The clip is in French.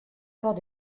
porte